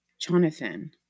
Jonathan